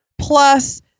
Plus